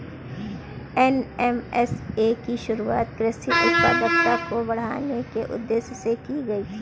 NMSA की शुरुआत कृषि उत्पादकता को बढ़ाने के उदेश्य से की गई थी